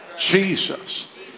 Jesus